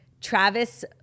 Travis